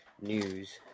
news